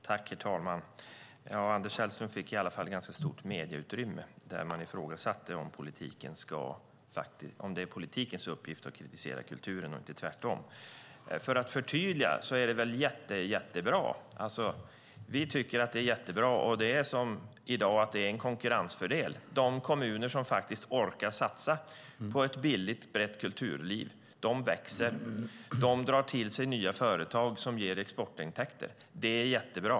Herr talman! Anders Sellström fick i alla fall stort medieutrymme där man ifrågasatte om det är politikens uppgift att kritisera kulturen och inte tvärtom. Låt mig förtydliga. Vi tycker att det är bra med denna konkurrensfördel. De kommuner som orkar satsa på ett billigt, brett kulturliv växer. De drar till sig nya företag som ger exportintäkter. Det är bra.